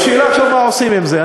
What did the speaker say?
השאלה עכשיו היא מה עושים עם זה.